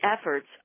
efforts